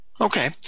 Okay